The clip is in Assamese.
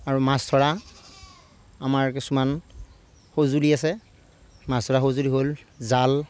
আৰু মাছ ধৰা আমাৰ কিছুমান সঁজুলি আছে মাছ ধৰা সঁজুলি হ'ল জাল